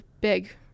big